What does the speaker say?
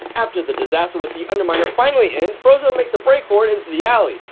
after the disaster with the underminer finally ends frozone makes a break for it into the alley.